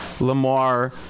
Lamar